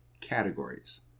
categories